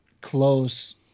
close